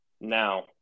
Now